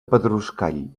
pedruscall